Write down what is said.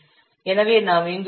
எனவே நாம் இங்கு 1